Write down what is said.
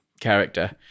character